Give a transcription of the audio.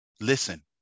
listen